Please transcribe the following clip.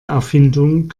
erfindung